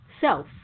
self